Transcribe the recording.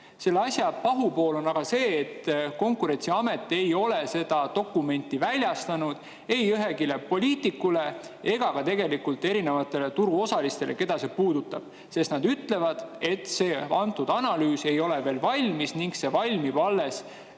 Selle asja pahupool on [täpsemalt] see, et Konkurentsiamet ei ole seda dokumenti väljastanud ei ühelegi poliitikule ega ka erinevatele turuosalistele, keda see puudutab. Nad ütlevad, et analüüs ei ole veel valmis ning see valmib alles